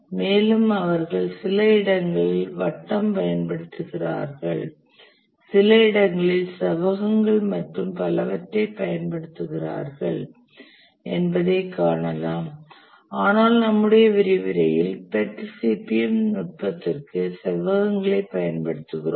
மேலும் அவர்கள் சில இடங்களில் வட்டம் பயன்படுத்துகிறார்கள் சில இடங்களில் செவ்வகங்கள் மற்றும் பலவற்றைப் பயன்படுத்துகிறார்கள் என்பதைக் காணலாம் ஆனால் நம்முடைய விரிவுரையில் PERT CPM நுட்பத்திற்கு செவ்வகங்களைப் பயன்படுத்துகிறோம்